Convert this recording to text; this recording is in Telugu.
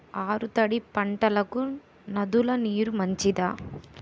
ఆరు తడి పంటలకు నదుల నీరు మంచిదా?